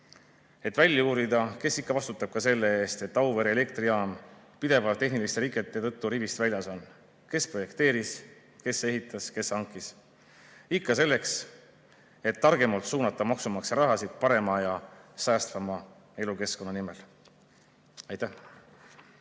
et välja uurida, kes ikkagi vastutab selle eest, et Auvere elektrijaam pidevalt tehniliste rikete tõttu rivist väljas on. Kes projekteeris, kes ehitas, kes hankis? Ikka selleks, et targemalt suunata maksumaksja raha parema ja säästvama elukeskkonna nimel. Aitäh!